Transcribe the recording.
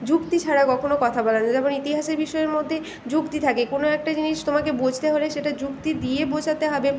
যুক্তি ছাড়া কখনও কথা বলে না যেমন ইতিহাসের বিষয়ের মধ্যে যুক্তি থাকে কোনো একটা জিনিস তোমাকে বুঝতে হলে সেটা যুক্তি দিয়ে বোঝাতে হবে